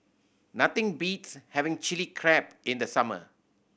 nothing beats having Chilli Crab in the summer